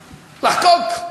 לחקוק,